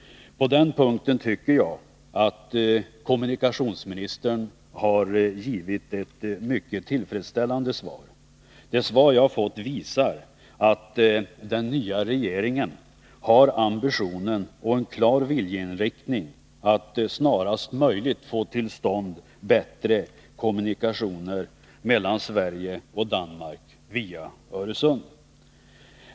På den punkten tycker jag att kommunikationsministern har givit ett mycket tillfredsställande svar. Det svar jag har fått visar att den nya regeringen har ambitionen och en klar viljeinriktning att snarast möjligt få till stånd bättre kommunikationer mellan Sverige och Danmark via Öresund.